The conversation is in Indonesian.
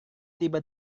tiba